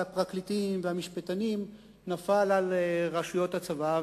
הפרקליטים והמשפטנים נפל על רשויות הצבא,